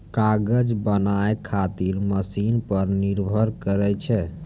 कागज बनाय खातीर मशिन पर निर्भर करै छै